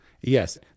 Yes